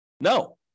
No